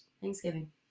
Thanksgiving